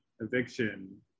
Eviction